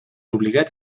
obligat